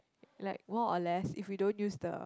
like more or less if we don't use the